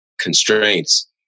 constraints